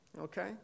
Okay